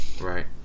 Right